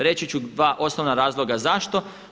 Reći ću dva osnovna razloga zašto.